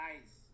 nice